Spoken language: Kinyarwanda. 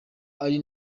ari